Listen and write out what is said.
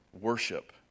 worship